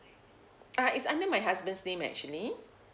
uh it's under my husband's name actually